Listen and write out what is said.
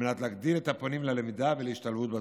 מנת להגדיל את מספר הפונים ללמידה ולהשתלבות בתחום.